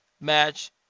match